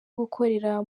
gukorera